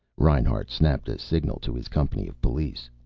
reinhart snapped a signal to his company of police.